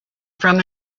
from